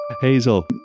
Hazel